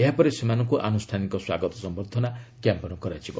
ଏହାପରେ ସେମାନଙ୍କୁ ଆନୁଷ୍ଠାନିକ ସ୍ୱାଗତ ସମ୍ଭର୍ଦ୍ଧନା ଜ୍ଞାପନ କରାଯିବ